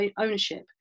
ownership